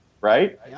right